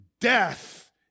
death